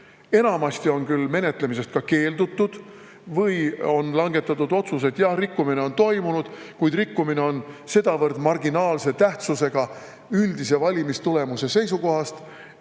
Enamasti on menetlemisest keeldutud või on langetatud otsus, et jaa, rikkumine on toimunud, kuid rikkumine oli sedavõrd marginaalse tähtsusega üldise valimistulemuse seisukohast,